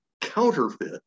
counterfeit